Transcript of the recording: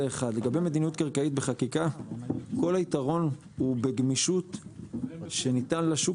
לגבי מדיניות כלכלית בחקיקה כל היתרון הוא בגמישות שניתן לשוק